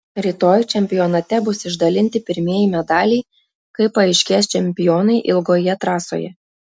rytoj čempionate bus išdalinti pirmieji medaliai kai paaiškės čempionai ilgoje trasoje